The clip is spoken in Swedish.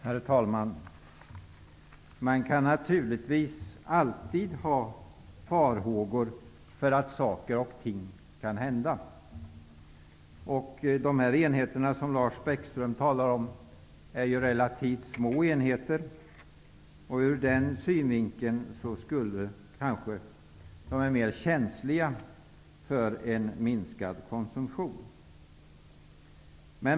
Herr talman! Man kan naturligtvis alltid ha farhågor för att saker och ting kan hända. De enheter som Lars Bäckström talar om är relativt små, och ur den synvinkeln kanske de är mer känsliga för en minskad konsumtion.